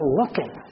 looking